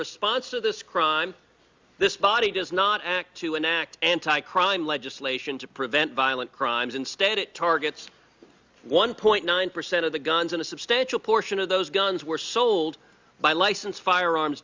response to this crime this body does not act to enact anti crime legislation to prevent violent crimes instead it targets one point nine percent of the guns in a substantial portion of those guns were sold by licensed firearms